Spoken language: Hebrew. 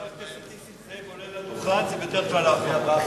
כשחבר הכנסת נסים זאב עולה לדוכן הוא בדרך כלל האחרון.